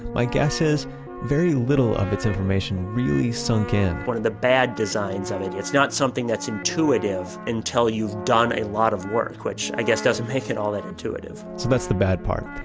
my guess is very little of its information really sunk in one of the bad designs of it, it's not something that's intuitive until you've done a lot of work, which, i guess doesn't make it all that intuitive so that's the bad part.